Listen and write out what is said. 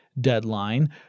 deadline